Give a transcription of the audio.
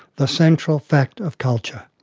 the central fact of culture.